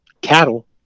cattle